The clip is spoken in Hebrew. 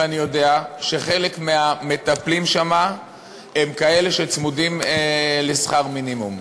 ואני יודע שחלק מהמטפלים שם הם כאלה שצמודים לשכר מינימום.